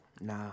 nah